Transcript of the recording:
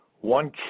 one